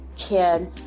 kid